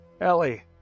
Ellie